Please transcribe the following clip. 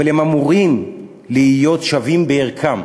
אבל הם אמורים להיות שווים בערכם.